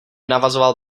navazoval